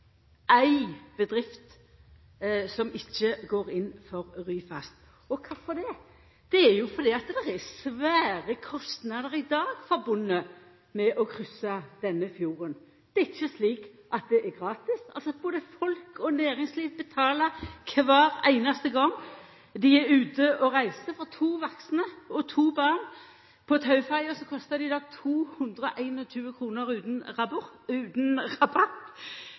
ei bedrift – ei bedrift – som ikkje går inn for Ryfast. Og kvifor det? Det er jo fordi det er svære kostnader i dag knytte til å kryssa fjorden. Det er ikkje slik at det er gratis. Både folk og næringsliv betaler kvar einaste gong dei er ute og reiser. For to vaksne og to barn på Tau-ferja kostar det i dag 221 kroner utan